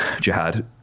jihad